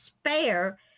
spare